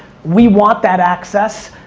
we want that access.